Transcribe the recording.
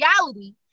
reality